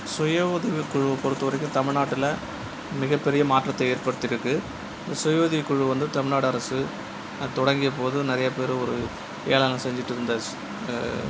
சுய உதவி குழுவை பொறுத்தவரைக்கும் தமிழ்நாட்டில் மிகப்பெரிய மாற்றத்தை ஏற்படுத்திகிட்டு இருக்கு சுய உதவி குழு வந்து தமிழ்நாடு அரசு தொடங்கியபோது நிறைய பேர் ஒரு ஏளனம் செஞ்சுட்டு இருந்த